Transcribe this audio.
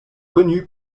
connu